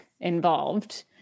involved